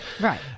Right